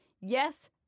Yes